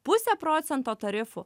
puse procento tarifu